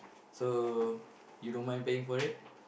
so you don't mind paying for it